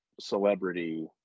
celebrity